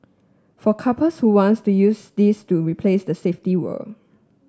for couples who wants to use this to replace the safety word